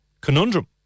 conundrum